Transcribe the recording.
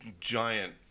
giant